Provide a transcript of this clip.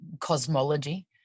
cosmology